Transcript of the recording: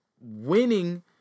winning